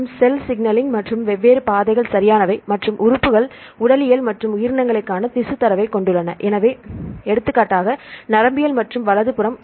மற்றும் cell signalling மற்றும் வெவ்வேறு பாதைகள் சரியானவை மற்றும் உறுப்புகள் மற்றும் உடலியல் மற்றும் உயிரினங்களைக் காண திசுத் தரவைக் கொண்டுள்ளன எடுத்துக்காட்டாக நரம்பியல் மற்றும் வலதுபுறம்